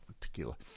tequila